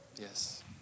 Yes